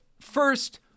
First